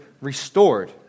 restored